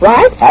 Right